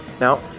Now